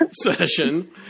session